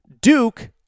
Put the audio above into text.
Duke